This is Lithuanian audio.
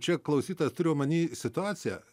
čia klausytojas turi omeny situaciją